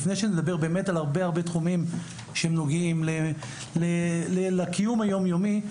לפני שנדבר באמת על הרבה-הרבה תחומים שנוגעים לקיום היומיומי,